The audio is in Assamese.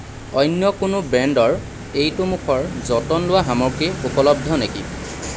অন্য কোনো ব্ৰেণ্ডৰ এইটো মুখৰ যতন লোৱা সামগ্ৰী উপলব্ধ নেকি